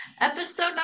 episode